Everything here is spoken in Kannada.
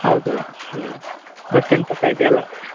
ಹೌದು ಅಲ್ಲೇ ಬಸ್ ಸ್ಟ್ಯಾಂಡ್ ಪಕ್ಕ ಇದೆಯಲ್ಲ